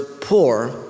poor